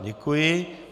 Děkuji.